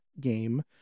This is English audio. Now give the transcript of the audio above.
game